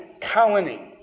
colony